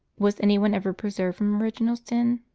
was any one ever preserved from original sin?